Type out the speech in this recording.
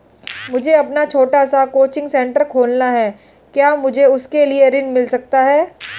मुझे अपना छोटा सा कोचिंग सेंटर खोलना है क्या मुझे उसके लिए ऋण मिल सकता है?